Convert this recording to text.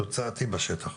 תוצאתי בשטח,